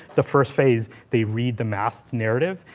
the first phase, they read the masked narrative,